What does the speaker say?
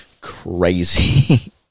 Crazy